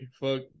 Fuck